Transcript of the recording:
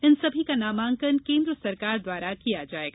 इन सभी का नामांकन केन्द्र सरकार द्वारा किया जायेगा